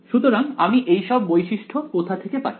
সুতরাং আমি এইসব বৈশিষ্ট্য কোথা থেকে পাচ্ছি